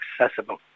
accessible